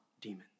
demons